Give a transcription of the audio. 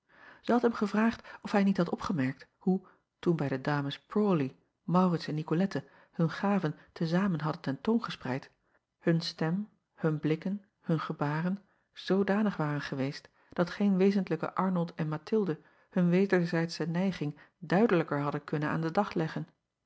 had hem gevraagd of hij niet had opgemerkt hoe toen bij de acob van ennep laasje evenster delen ames rawley aurits en icolette hun gaven te zamen hadden ten toon gespreid hun stem hun blikken hun gebaren zoodanig waren geweest dat geen wezentlijke rnold en athilde hun wederzijdsche neiging duidelijker hadden kunnen aan den dag leggen